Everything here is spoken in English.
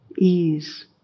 ease